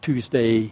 Tuesday